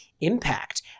impact